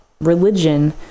religion